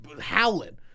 howling